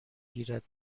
گیرد